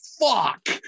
fuck